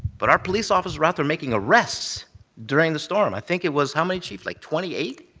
but our police officers were out there making arrests during the storm. i think it was how many, chief, like twenty eight,